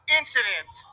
incident